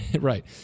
right